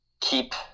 keep